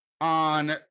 on